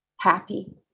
happy